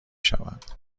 شود